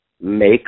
make